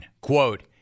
quote